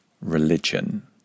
religion